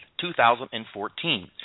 2014